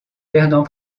perdant